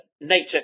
nature